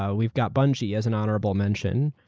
ah we've got bungie as an honorable mention.